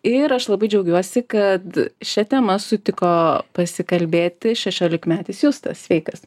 ir aš labai džiaugiuosi kad šia tema sutiko pasikalbėti šešiolikmetis justas sveikas